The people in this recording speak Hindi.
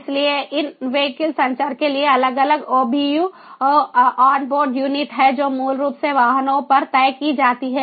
इसलिए इन व्हीकल संचार के लिए अलग अलग ओबीयू ऑनबोर्ड यूनिट हैं जो मूल रूप से वाहनों पर तय की जाती हैं